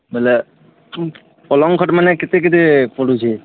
ବେଲେ ପଲଙ୍କ୍ ଖଟ୍ମାନେ କେତେ କେତେ ପଡ଼ୁଛେ